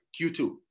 q2